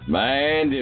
Man